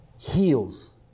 heals